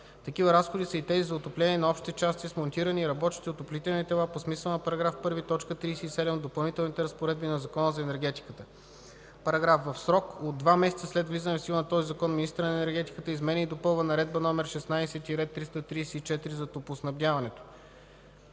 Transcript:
Такива разходи са и тези за отопление на общите части с монтирани и работещи отоплителни тела по смисъла на § 1, т. 37 от допълнителните разпоредби на Закона за енергетиката.” §... В срок от два месеца след влизане в сила на този закон Министърът на енергетиката изменя и допълва Наредба №16-334 за топлоснабдяването,